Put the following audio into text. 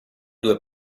due